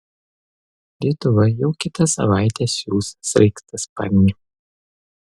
lietuva jau kitą savaitę siųs sraigtasparnį